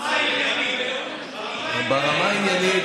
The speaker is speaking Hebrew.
וברמה העניינית,